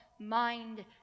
mind